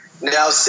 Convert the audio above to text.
Now